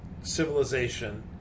civilization